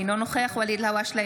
אינו נוכח ואליד אלהואשלה,